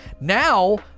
Now